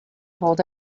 told